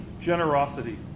Generosity